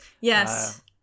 Yes